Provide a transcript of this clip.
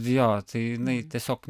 jo tai jinai tiesiog